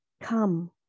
Come